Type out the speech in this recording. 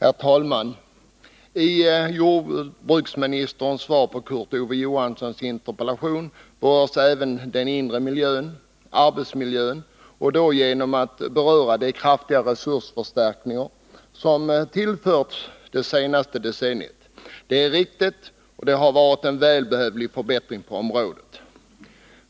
Herr talman! I jordbruksministerns svar på Kurt Ove Johanssons interpellation berörs även den inre miljön — arbetsmiljön — genom framhållande av de kraftiga resursförstärkningar som skett under det senaste decenniet. Det är riktigt, och det har varit en välbehövlig förbättring på området.